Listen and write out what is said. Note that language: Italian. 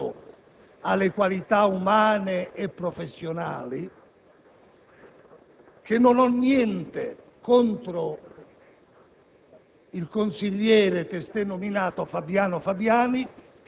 da liberale che guarda con rispetto alle qualità umane e professionali, è che non ho niente contro